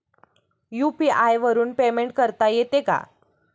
UPI वरून payment करता येते का?